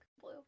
blue